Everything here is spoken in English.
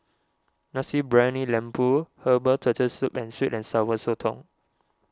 Nasi Briyani Lembu Herbal Turtle Soup and Sweet and Sour Sotong